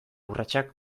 urratsak